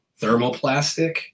thermoplastic